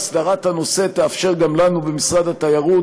הסדרת הנושא תאפשר גם לנו במשרד התיירות